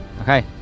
Okay